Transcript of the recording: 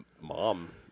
mom